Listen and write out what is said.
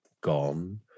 gone